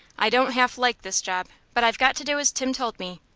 i don't half like this job, but i've got to do as tim told me.